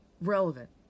relevant